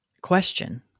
question